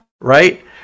right